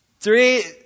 Three